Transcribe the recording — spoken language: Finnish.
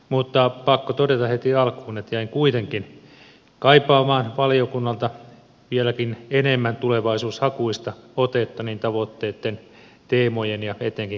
mutta pakko todeta heti alkuun että jäin kuitenkin kaipaamaan valiokunnalta vieläkin enemmän tulevaisuushakuista otetta niin tavoitteitten teemojen kuin etenkin konkretian osalta